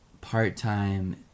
part-time